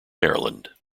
maryland